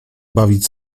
bawić